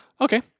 Okay